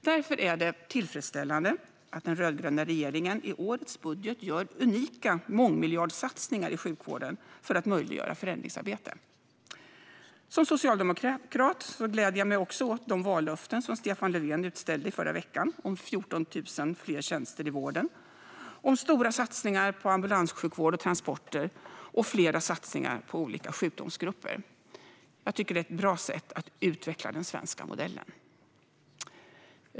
Därför är det tillfredsställande att den rödgröna regeringen i årets budget gör unika mångmiljardsatsningar i sjukvården för att möjliggöra förändringsarbete. Som socialdemokrat gläder jag mig också åt de vallöften som Stefan Löfven utställde förra veckan om 14 000 fler tjänster i vården, stora satsningar på ambulanssjukvård och transporter och fler satsningar på olika sjukdomsgrupper. Jag tycker att det är ett bra sätt att utveckla den svenska modellen.